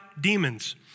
demons